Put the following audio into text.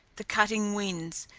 the cutting winds,